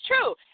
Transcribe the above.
true